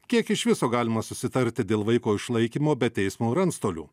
kiek iš viso galima susitarti dėl vaiko išlaikymo be teismo ir antstolių